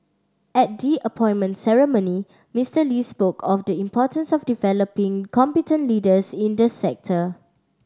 at the appointment ceremony Mister Lee spoke of the importance of developing competent leaders in the sector